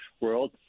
world